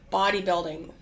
bodybuilding